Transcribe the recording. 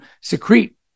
secrete